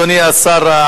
אדוני השר,